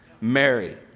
Mary